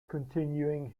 continuing